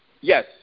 yes